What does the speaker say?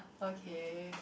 okay